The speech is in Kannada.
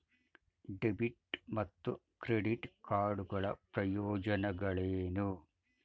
ಡೆಬಿಟ್ ಮತ್ತು ಕ್ರೆಡಿಟ್ ಕಾರ್ಡ್ ಗಳ ಪ್ರಯೋಜನಗಳೇನು?